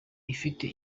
ifite